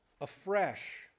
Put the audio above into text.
afresh